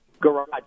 garage